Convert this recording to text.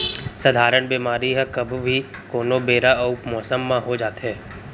सधारन बेमारी ह कभू भी, कोनो बेरा अउ मौसम म हो जाथे